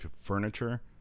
furniture